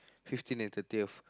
fifteen and thirtieth